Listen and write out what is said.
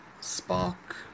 Spark